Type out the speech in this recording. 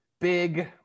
big